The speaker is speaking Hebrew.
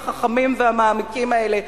החכמים והמעמיקים האלה,